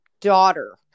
daughter